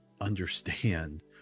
understand